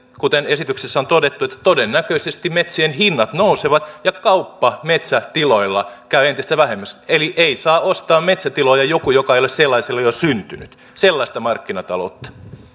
kuten esityksessä on todettu että todennäköisesti metsien hinnat nousevat ja kauppa metsätiloilla käy entistä vähemmäksi eli ei saa ostaa metsätiloja joku joka ei ole sellaiselle jo syntynyt sellaista markkinataloutta